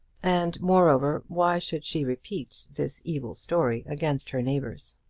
and, moreover, why should she repeat this evil story against her neighbours?